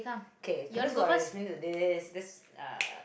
okay for those who are listening to this this uh